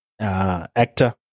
actor